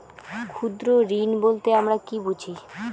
ক্ষুদ্র ঋণ বলতে আমরা কি বুঝি?